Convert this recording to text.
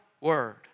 word